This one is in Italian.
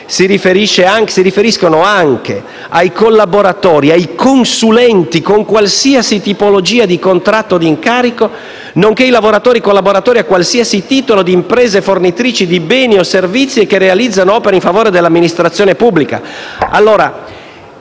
si riferiscono anche ai collaboratori e ai consulenti, con qualsiasi tipologia di contratto o di incarico, nonché ai lavoratori e ai collaboratori a qualsiasi titolo di imprese fornitrici di beni o servizi e che realizzano opere in favore dell'amministrazione pubblica.